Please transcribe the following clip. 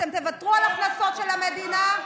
אתם תוותרו על ההכנסות של המדינה,